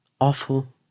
awful